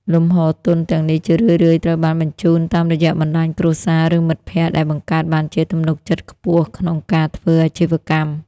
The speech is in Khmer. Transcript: លំហូរទុនទាំងនេះជារឿយៗត្រូវបានបញ្ជូនតាមរយៈបណ្ដាញគ្រួសារ ឬមិត្តភក្ដិ ដែលបង្កើតបានជាទំនុកចិត្តខ្ពស់ក្នុងការធ្វើអាជីវកម្ម។